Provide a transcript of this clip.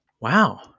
Wow